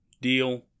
deal